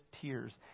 tears